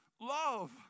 love